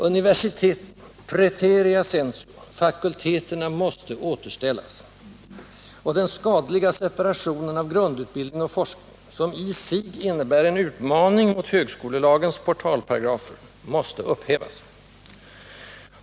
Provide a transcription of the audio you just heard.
Universiteten — praeterea censeo: Fakulteterna måste återställas! Och den skadliga separationen av grundutbildning och forskning, som i sig innebär en utmaning mot högskolelagens portalparagrafer, måste upphävas.